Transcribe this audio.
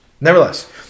Nevertheless